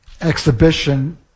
exhibition